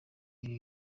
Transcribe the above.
ibi